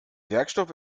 werkstoff